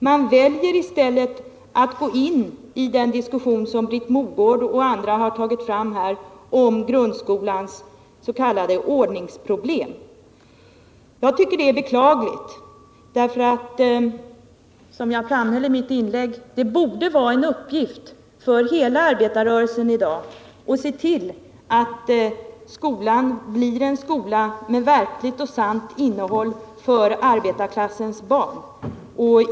I stället väljer man att gå in i den diskussion som Britt Mogård och andra har tagit upp om grundskolans s.k. ordningsproblem. Jag tycker att detta är beklagligt eftersom det — som jag framhöll i mitt inlägg — borde vara en uppgift för hela arbetarrörelsen i dag att se till att skolan blir en skola med verkligt innehåll för arbetarklassens barn.